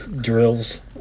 drills